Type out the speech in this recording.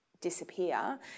disappear